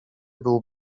był